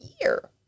year